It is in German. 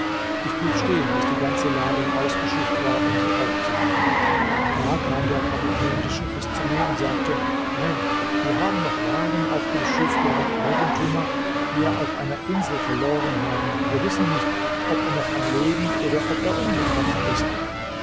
ich blieb stehen bis die ganze ladung ausgeschifft war um sie aufzunehmen da kam der kapitän des schiffes zu mir und sagte herr wir haben noch waren auf dem schiff deren eigentümer wir auf einer insel verloren haben wir wissen nicht ob er noch am leben oder ob er umgekommen ist